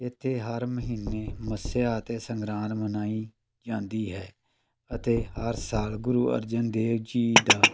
ਇੱਥੇ ਹਰ ਮਹੀਨੇ ਮੱਸਿਆ ਅਤੇ ਸੰਗਰਾਂਦ ਮਨਾਈ ਜਾਂਦੀ ਹੈ ਅਤੇ ਹਰ ਸਾਲ ਗੁਰੂ ਅਰਜਨ ਦੇਵ ਜੀ ਦਾ